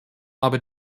aber